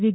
V